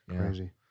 Crazy